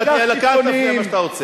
מה שאתה רוצה.